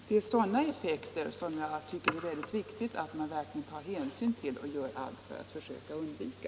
Det är sådana effekter som jag tycker att det är mycket viktigt att man tar hänsyn till och gör allt för att försöka undvika.